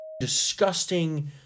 disgusting